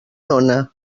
dóna